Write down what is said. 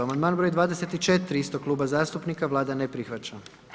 Amandman broj 24 istog kluba zastupnika, Vlada ne prihvaća.